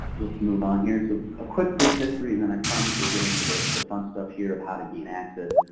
let's move on here. so a quick brief history, and then i promise we'll get into the the fun stuff here of how to gain access,